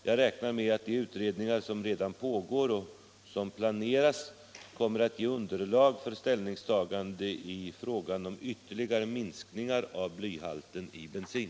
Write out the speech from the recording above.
Jag räknar med att de utredningar som redan pågår och som planeras kommer att ge underlag för ställningstagande i fråga om ytterligare minskningar av blyhalten i bensin.